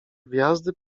gwiazdy